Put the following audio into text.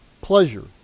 pleasure